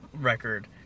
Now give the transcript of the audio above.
record